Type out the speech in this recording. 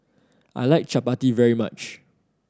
I like Chapati very much